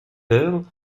heures